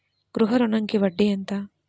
గృహ ఋణంకి వడ్డీ ఎంత?